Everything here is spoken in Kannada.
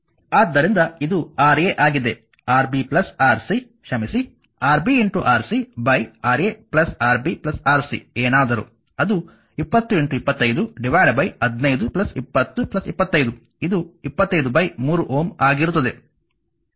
ಆದ್ದರಿಂದ ಇದು Ra ಆಗಿದೆ Rb Rc ಕ್ಷಮಿಸಿ Rb Rc Ra Rb Rc ಏನಾದರೂ ಅದು 20 25 15 20 25 ಇದು 25 3Ω ಆಗಿರುತ್ತದೆ